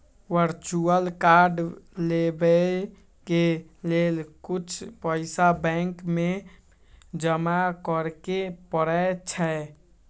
virtual card लेबेय के लेल कुछ पइसा बैंक में जमा करेके परै छै